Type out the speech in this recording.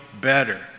better